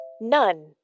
None